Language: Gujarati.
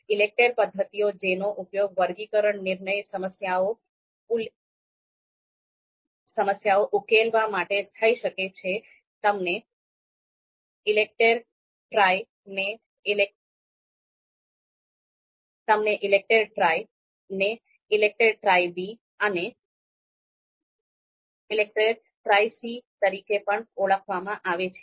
ઈલેકટેર પદ્ધતિઓ જેનો ઉપયોગ વર્ગીકરણ નિર્ણય સમસ્યાઓ ઉકેલવા માટે થઈ શકે છે તેમને ઈલેકટેર ટ્રય ને ઈલેકટેર ટ્રય બી અને ઈલેકટેર ટ્રય સી તરીકે પણ ઓળખવામાં આવે છે